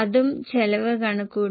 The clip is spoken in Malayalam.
അത് 124 കൊണ്ട് ഹരിക്കുന്നു